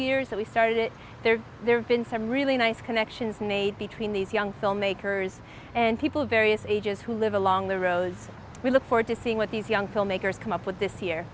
years that we started there there have been some really nice connections made between these young filmmakers and people of various ages who live along the road we look forward to seeing what these young filmmakers come up with this year